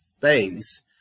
face